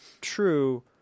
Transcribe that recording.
true